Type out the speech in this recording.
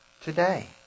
today